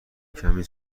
کمی